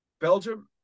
Belgium